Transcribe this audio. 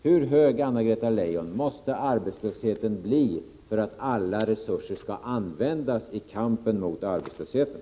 Hur stor måste arbetslösheten bli, Anna-Greta Leijon, för att alla resurser skall användas i kampen mot arbetslösheten?